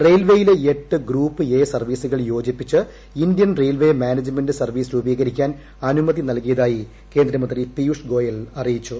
റെയിൽവേയിലെ എട്ട് group A സർവീസുകൾ യോജിപ്പിച്ച് ഇന്ത്യൻ റെയിൽവേ മാനേജ്മെന്റ് സർവീസ് രൂപീകരിക്കാൻ അനുമതി നൽകിയതായി കേന്ദ്രമന്ത്രി പിയൂഷ് ഗോയൽ അറിയിച്ചു